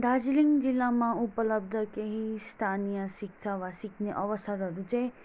दार्जिलिङ जिल्लामा उपलब्ध केही स्थानीय शिक्षा वा सिक्ने अवसरहरू चाहिँ